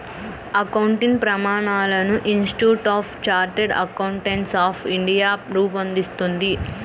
accounting ప్రమాణాలను institute of chartered accountants of India రూపొందిస్తుంది